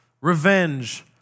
revenge